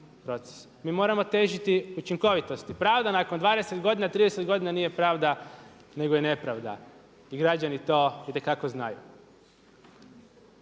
Mi moramo težiti učinkovitosti. Pravda nakon 20 godina, 30 godina nije pravda nego je nepravda i građani to itekako znaju.